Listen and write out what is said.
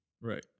Right